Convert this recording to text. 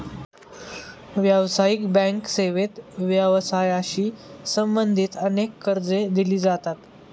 व्यावसायिक बँक सेवेत व्यवसायाशी संबंधित अनेक कर्जे दिली जातात